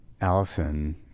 Allison